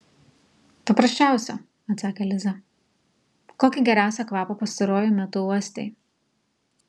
paprasčiausią atsakė liza kokį geriausią kvapą pastaruoju metu uostei